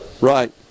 Right